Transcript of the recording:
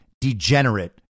degenerate